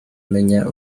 menya